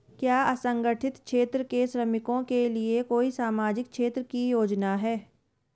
क्या असंगठित क्षेत्र के श्रमिकों के लिए कोई सामाजिक क्षेत्र की योजना है?